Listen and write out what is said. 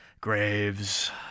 graves